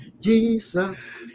Jesus